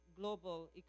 global